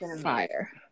fire